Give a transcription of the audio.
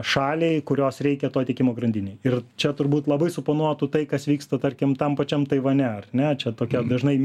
šaliai kurios reikia to tiekimo grandinėj ir čia turbūt labai suponuotų tai kas vyksta tarkim tam pačiam taivane ar ne čia tokia dažnai